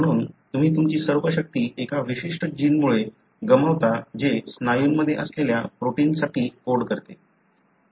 म्हणून तुम्ही तुमची सर्व शक्ती एका विशिष्ट जिनमुळे गमावता जे स्नायूमध्ये असलेल्या प्रोटिन्ससाठी कोड करते